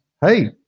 hey